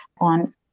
on